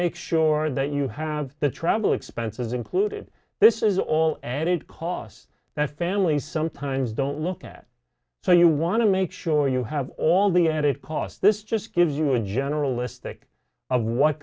make sure that you have the travel expenses included this is all added costs that families sometimes don't look at so you want to make sure you have all the added costs this just gives you a generalistic of what